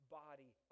body